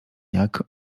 jak